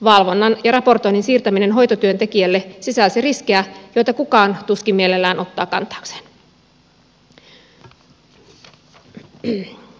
valvonnan ja raportoinnin siirtäminen hoitotyön tekijälle sisälsi riskejä joita kukaan tuskin mielellään ottaa kantaakseen